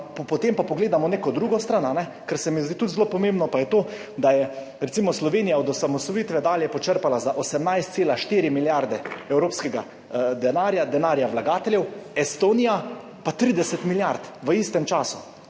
Potem pa pogledamo neko drugo stran, kar se mi tudi zdi zelo pomembno, pa je to, da je recimo Slovenija od osamosvojitve dalje počrpala za 18,4 milijarde evropskega denarja, denarja vlagateljev, Estonija pa 30 milijard v istem času.